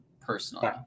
personally